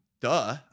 duh